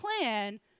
plan